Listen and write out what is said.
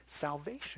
salvation